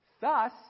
Thus